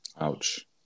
Ouch